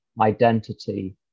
identity